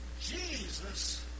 Jesus